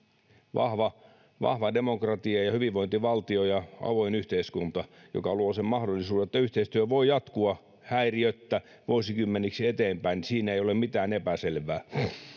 vahva vahva demokratia ja ja hyvinvointivaltio ja avoin yhteiskunta joka luo sen mahdollisuuden että yhteistyö voi jatkua häiriöttä vuosikymmeniksi eteenpäin siinä ei ole mitään epäselvää